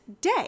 day